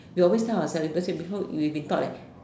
we always tell ourselves before we've been taught that